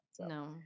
no